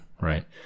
right